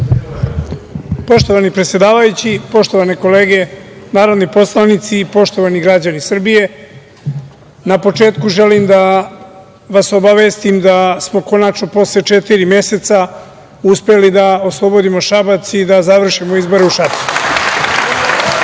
Poštovani predsedavajući, poštovane kolege narodni poslanici i poštovani građani Srbije, na početku želim da vas obavestim da smo konačno posle četiri meseca uspeli da oslobodimo Šabac i da završimo izbore u Šapcu. Puna